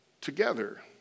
together